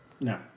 No